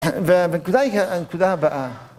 והנקודה היא, הנקודה הבאה.